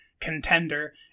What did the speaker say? contender